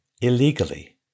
illegally